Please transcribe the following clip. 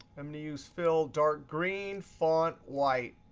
i'm going to use fill, dark green, font white.